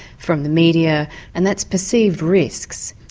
from the media and that's perceived risks.